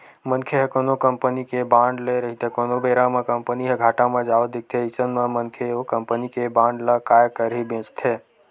मनखे ह कोनो कंपनी के बांड ले रहिथे कोनो बेरा म कंपनी ह घाटा म जावत दिखथे अइसन म मनखे ओ कंपनी के बांड ल काय करही बेंचथे